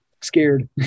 scared